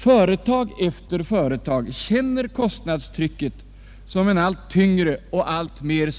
Företag efter företag känner kostnadstrycket som cen allt tyngre och alltmer